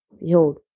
Behold